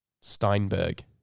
Steinberg